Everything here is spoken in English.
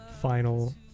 final